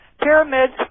pyramids